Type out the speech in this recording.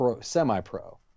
semi-pro